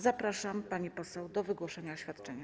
Zapraszam, pani poseł, do wygłoszenia oświadczenia.